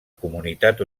comunitat